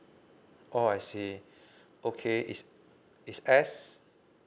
oh I see okay is is S